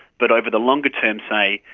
but over the longer term, say,